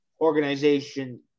organization